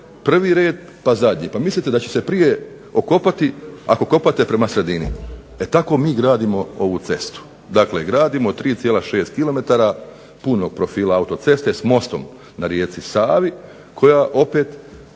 prvi red pa zadnji, pa mislite da će se prije okopati ako kopate prema sredini. E tako mi gradimo ovu cestu. Dakle, gradimo 3,6 km punog profila autoceste s mostom na rijeci Savi koja opet